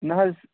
نہ حظ